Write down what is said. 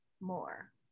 more